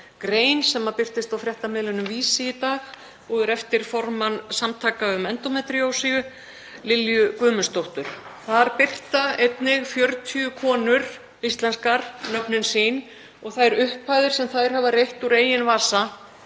grein sem birtist á fréttamiðlinum Vísi í dag og er eftir formann Samtaka um endómetríósu, Lilju Guðmundsdóttur. Þar birta einnig 40 íslenskar konur nöfn sín og þær upphæðir sem þær hafa greitt úr eigin vasa